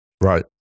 Right